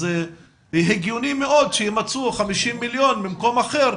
אז הגיוני מאוד שיימַצאו מיליונים ממקום אחר,